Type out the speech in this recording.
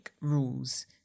rules